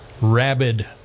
rabid